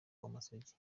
b’amasugi